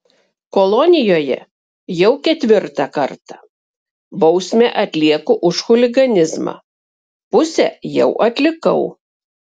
kolonijoje jau ketvirtą kartą bausmę atlieku už chuliganizmą pusę jau atlikau